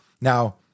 Now